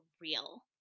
real